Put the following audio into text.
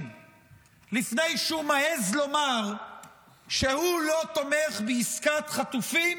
לפני שהוא מעז לומר שהוא לא תומך בעסקת חטופים